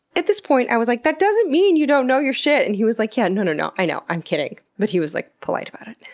at this point i was like, that doesn't mean you don't know your shit! and he was like, yeah, no no no, i know. i'm kidding. but he was, like, polite about it.